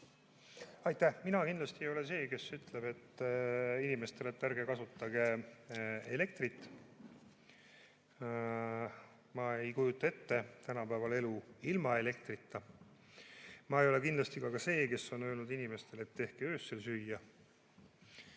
Aitäh! Mina kindlasti ei ole see, kes ütleb inimestele, et ärge kasutage elektrit. Ma ei kujuta ette tänapäeval elu ilma elektrita. Ma ei ole kindlasti ka see, kes on öelnud inimestele, et tehke öösel süüa.